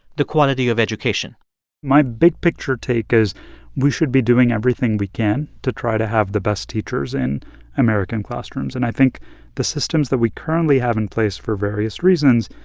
the quality of education my big-picture take is we should be doing everything we can to try to have the best teachers in american classrooms. and i think the systems that we currently have in place, for various reasons,